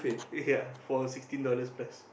ya for sixteen dollars plus